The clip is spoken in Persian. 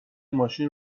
ماشین